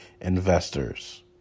investors